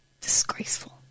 disgraceful